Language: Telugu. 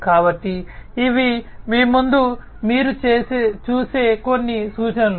కాబట్టి ఇవి మీ ముందు మీరు చూసే కొన్ని సూచనలు